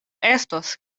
estos